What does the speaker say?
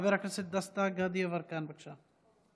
חבר הכנסת דסטה גדי יברקן, בבקשה.